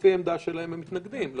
לפי העמדה שהציגו הם מתנגדים.